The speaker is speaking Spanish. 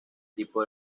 tipo